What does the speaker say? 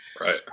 Right